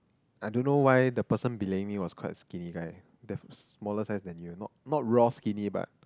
I don't know why the person belaying me was quite skinny right the smaller size than you not not raw skinny but